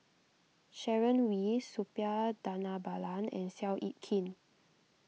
Sharon Wee Suppiah Dhanabalan and Seow Yit Kin